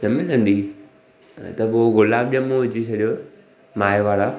न मिलंदी त पोइ गुलाब ॼमूं विझी छॾियो माए वारा